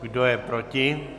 Kdo je proti?